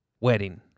wedding